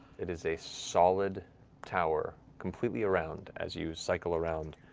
it is a solid tower, completely around as you cycle around.